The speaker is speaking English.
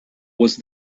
was